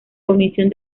comisión